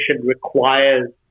requires